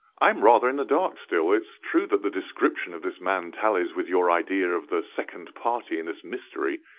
i am rather in the dark still. it is true that the description of this man tallies with your idea of the second party in this mystery.